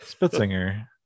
Spitzinger